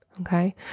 Okay